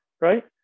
right